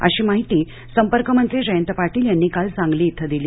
अशी माहिती संपर्क मंत्री जयंत पाटील यांनी काल सांगली इथं दिली